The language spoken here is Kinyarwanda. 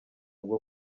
bwo